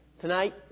tonight